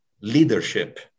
leadership